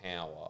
power